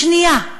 לשנייה,